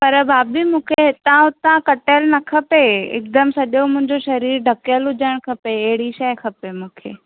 पर भाभी मूंखे हितां उतां कटियल न खपे हिकदमि सॼो मुंहिंजो शरीर ढकियल हुजणु खपे अहिड़ी शइ खपे मूंखे